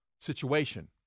situation